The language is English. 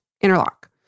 interlock